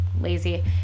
lazy